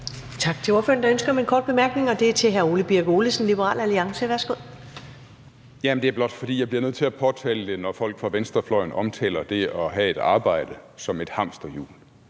Tak til ordføreren. Der er ønske om en kort bemærkning, og det er til hr. Ole Birk Olesen, Liberal Alliance. Værsgo. Kl. 15:51 Ole Birk Olesen (LA): Det er blot, fordi jeg bliver nødt til at påtale det, når folk fra venstrefløjen omtaler det at have et arbejde som et hamsterhjul.